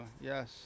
Yes